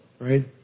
right